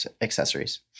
accessories